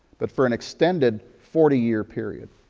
but for an extended forty year period.